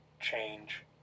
change